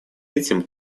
этим